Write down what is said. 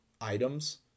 items